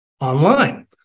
online